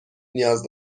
نیاز